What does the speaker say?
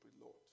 Lord